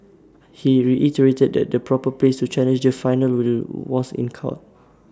he reiterated that the proper place to challenge the final will was in court